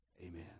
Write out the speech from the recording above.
Amen